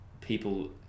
people